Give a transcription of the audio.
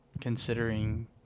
considering